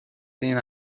این